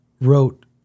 wrote